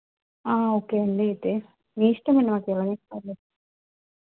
okay అండి అయితే మీ ఇష్టమే నాకు ఏది పర్లేదు